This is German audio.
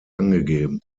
angegeben